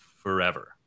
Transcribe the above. forever